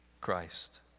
Christ